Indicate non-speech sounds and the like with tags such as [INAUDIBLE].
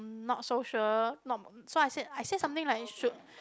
mm not so sure [NOISE] so I said I said something like should